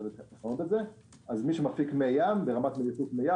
מי שמפיק מי ים,